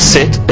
Sit